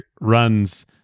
runs